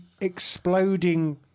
exploding